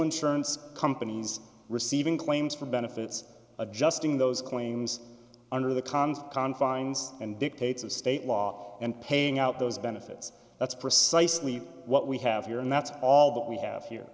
insurance companies receiving claims for benefits adjusting those claims under the cons confines and dictates of state law and paying out those benefits that's precisely what we have here and that's all that we have here